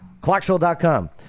Clarksville.com